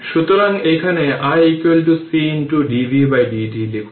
সুতরাং এখানে i c dvdt লিখুন